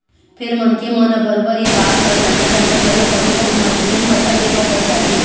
फेर मनखे मन ह बरोबर ये बात ल जानत जानत घलोक कभू कभू मजबूरन पइसा दे बर पड़ जाथे